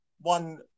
one